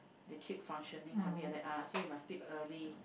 they keep functioning something like that ah so you must sleep early